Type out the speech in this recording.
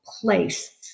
place